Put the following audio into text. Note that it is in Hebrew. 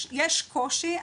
יש קושי.